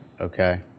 okay